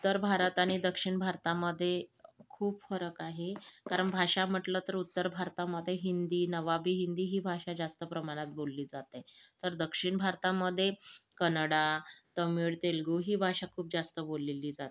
उत्तर भारत आणि दक्षिण भारतामध्ये खूप फरक आहे कारण भाषा म्हटलं तर उत्तर भारतामध्ये हिंदी नवाबी हिंदी ही भाषा जास्त प्रमाणात बोलली जाते तर दक्षिण भारतामध्ये कनडा तामीळ तेलगू ही भाषा खूप जास्त बोललेली जाते